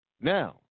Now